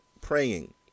praying